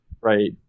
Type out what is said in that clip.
Right